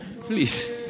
Please